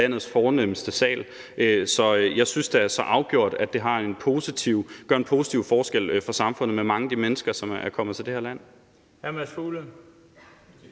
landets fornemste sal. Så jeg synes da så afgjort, at det gør en positiv forskel for samfundet med mange af de mennesker, som er kommet til det her land.